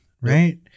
right